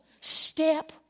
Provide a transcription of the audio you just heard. Step